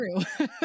true